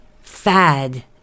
fad